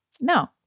No